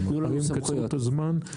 אבל מקצרים את הזמן.